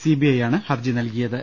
C B ഐയാണ് ഹർജി നൽകി യത്